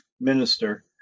minister